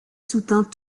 soutint